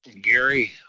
gary